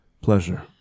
pleasure